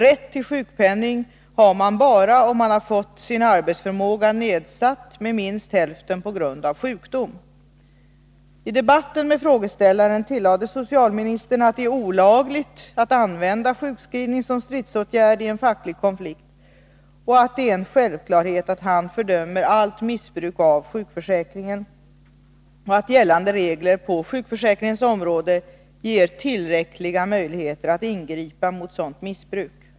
Rätt till sjukpenning har man bara om man har fått sin arbetsförmåga nedsatt med minst hälften på grund sjukdom. I debatten med frågeställaren tillade socialministern att det är olagligt att använda sjukskrivning som stridåtgärd i en facklig konflikt, att det är en självklarhet att han fördömer allt missbruk av sjukförsäkringen och att gällande regler på sjukförsäkringens område ger tillräckliga möjligheter att ingripa mot sådant missbruk.